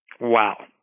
Wow